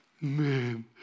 man